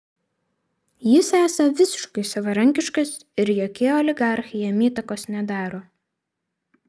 jis esą visiškai savarankiškas ir jokie oligarchai jam įtakos nedaro